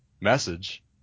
message